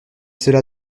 cela